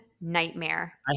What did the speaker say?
nightmare